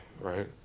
right